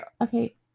Okay